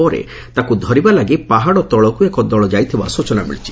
ପରେ ତାକୁ ଧରିବା ଲାଗି ପାହାଡ଼ ତଳକୁ ଏକ ଦଳ ଯାଇଥିବା ସ୍ଚନା ମିଳିଛି